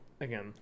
Again